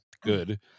good